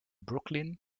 brooklyn